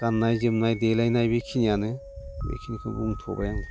गाननाय जोमनाय देलायनाय बेखिनियानो बेखिनिखौ बुंथ'बाय आं